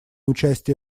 участие